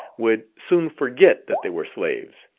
would soon forget that they were slaves,